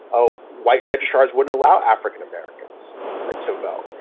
oh, white registrars wouldn't allow african-americans ah to vote.